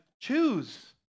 choose